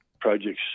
projects